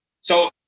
So-